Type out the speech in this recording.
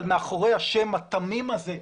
מאחורי השם התמים הזה,